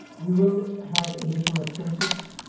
we will have additional expenses.